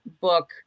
book